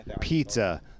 Pizza